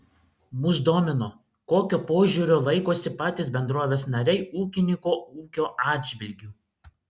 mus domino kokio požiūrio laikosi patys bendrovės nariai ūkininko ūkio atžvilgiu